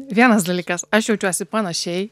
vienas dalykas aš jaučiuosi panašiai